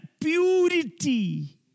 purity